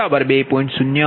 u P2200MW2